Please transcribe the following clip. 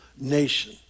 nation